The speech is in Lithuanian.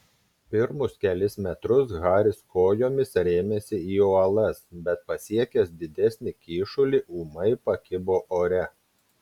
pirmus kelis metrus haris kojomis rėmėsi į uolas bet pasiekęs didesnį kyšulį ūmai pakibo ore